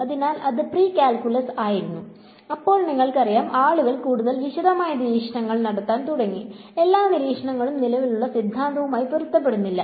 അതിനാൽ അത് pre calculus ആയിരുന്നു അപ്പോൾ നിങ്ങൾക്കറിയാം ആളുകൾ കൂടുതൽ വിശദമായ നിരീക്ഷണങ്ങൾ നടത്താൻ തുടങ്ങി എല്ലാ നിരീക്ഷണങ്ങളും നിലവിലുള്ള സിദ്ധാന്തവുമായി പൊരുത്തപ്പെടുന്നില്ല